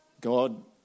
God